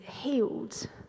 healed